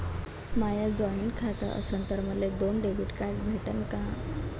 माय joint खातं असन तर मले दोन डेबिट कार्ड भेटन का?